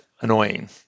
annoying